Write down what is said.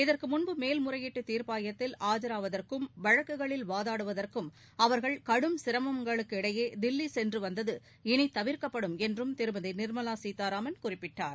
இதற்கு முன்பு மேல்முறையீட்டு தீர்ப்பாயத்தில் ஆஜராவதற்கும் வழக்குகளில் வாதாடுவதற்கும் அவர்கள் கடும் சிரமங்களுக்கிடையே தில்லி சென்று வந்தது இனி தவிர்க்கப்படும் என்றும் திருமதி நிர்மலா சீதாராமன் குறிப்பிட்டார்